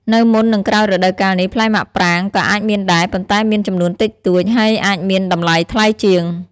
នៅមុន និងក្រោយរដូវកាលនេះ ផ្លែមាក់ប្រាងក៏អាចមានដែរ ប៉ុន្តែមានចំនួនតិចតួច ហើយអាចមានតម្លៃថ្លៃជាង។